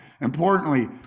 importantly